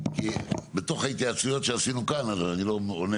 בתוך ההתייעצויות שעשינו כאן אני לא עונה